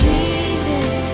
Jesus